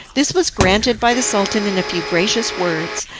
this was granted by the sultan in a few gracious words,